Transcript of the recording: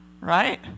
Right